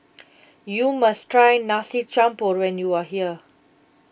you must try Nasi Campur when you are here